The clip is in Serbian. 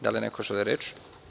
Da li neko želi reč?